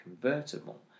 convertible